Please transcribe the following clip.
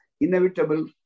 inevitable